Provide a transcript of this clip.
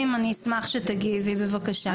אני אשמח שתגיבי בבקשה.